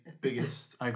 biggest